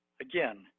again